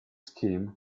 scheme